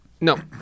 No